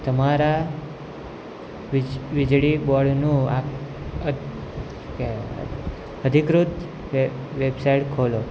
તમારા વીજળી બોર્ડનું શું કહેવાય અધિકૃત વેબસાઈડ ખોલો